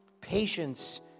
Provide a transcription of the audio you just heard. Patience